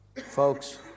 Folks